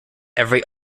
every